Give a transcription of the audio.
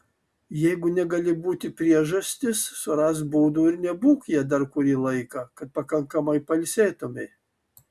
jeigu negali būti priežastis surask būdų ir nebūk ja dar kurį laiką kad pakankamai pailsėtumei